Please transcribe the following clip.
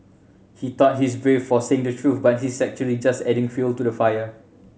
he thought he's brave for saying the truth but he's actually just adding fuel to the fire